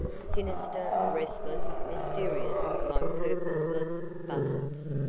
sinister, restless, mysterious like purposeless buzzards.